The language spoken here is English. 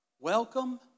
welcome